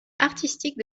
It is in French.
artistique